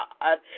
God